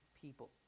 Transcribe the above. people